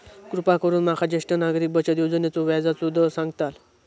कृपा करून माका ज्येष्ठ नागरिक बचत योजनेचो व्याजचो दर सांगताल